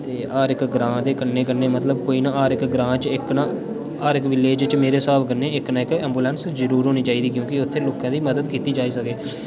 ते हर इक ग्रांऽ दे कन्नै कन्नै मतलब कोई ना हर इक ग्रांऽ च इक ना हर इक विलेज च मेरे स्हाब कन्नै इक ना इक एम्बुलेंस जरूर होनी चाहिदी क्योंकि उ'त्थें लोकें दी मदद कीती जाई सकै